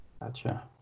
Gotcha